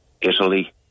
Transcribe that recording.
Italy